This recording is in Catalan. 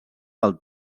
del